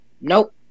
Nope